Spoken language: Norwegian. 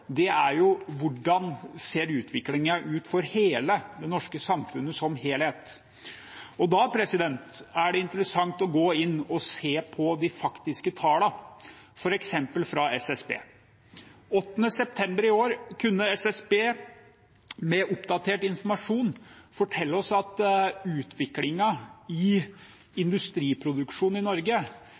er: Hvordan ser utviklingen ut for det norske samfunnet som helhet? Da er det interessant å gå inn og se på de faktiske tallene, f.eks. fra SSB. Den 7. september i år kunne SSB med oppdatert informasjon fortelle oss at utviklingen i industriproduksjonen i Norge